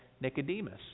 nicodemus